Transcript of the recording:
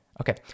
Okay